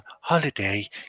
holiday